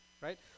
right